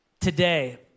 today